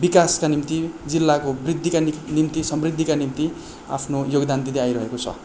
विकासका निम्ति जिल्लाको वृद्धिका निम्ति समृद्धिका निम्ति आफ्नो योगदान दिँदै आइरहेको छ